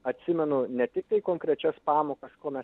atsimenu ne tiktai konkrečias pamokas ko mes